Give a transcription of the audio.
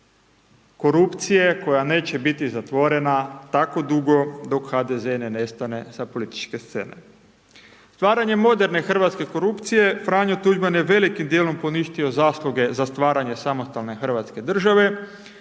korupcije, koja neće biti zatvorena tako dugo dok HDZ ne nestane s političke scene. Stvaranjem moderne hrvatske korupcije Franjo Tuđman je velikim dijelom poništio zasluge za stvaranje samostalne Hrvatske države,